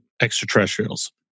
extraterrestrials